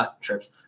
trips